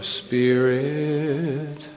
spirit